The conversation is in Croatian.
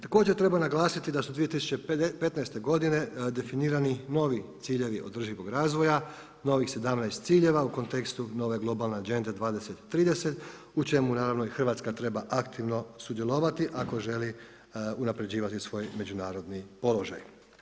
Također treba naglasiti da su 2015. godine definirani novi ciljevi održivog razvoja, novih 17 ciljeva u kontekstu nove globalne Agende 2030. u čemu naravno i Hrvatska treba aktivno sudjelovati ako želi unapređivati svoj međunarodni položaj.